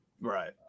Right